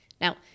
Now